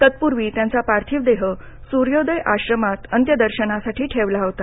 तत्पूर्वी त्यांचा पार्थिव देह सूर्योदय आश्रमात अंत्यदर्शनासाठी ठेवला होता